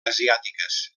asiàtiques